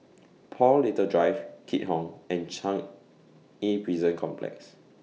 Paul Little Drive Keat Hong and Changi Prison Complex